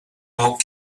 boat